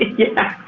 yeah.